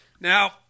Now